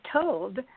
told